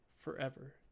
forever